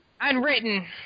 Unwritten